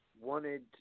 wanted